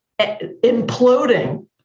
imploding